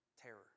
Terror